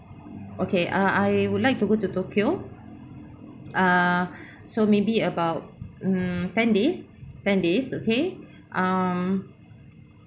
okay uh I would like to go to tokyo ah so maybe about mm ten days ten days okay um